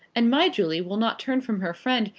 and my julie will not turn from her friend,